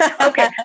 Okay